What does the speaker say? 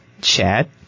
Chad